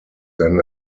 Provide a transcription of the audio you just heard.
then